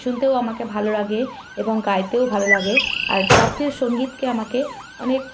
শুনতেও আমাকে ভালো লাগে এবং গাইতেও ভালো লাগে আর শাস্তীয় সঙ্গীতকে আমাকে অনেক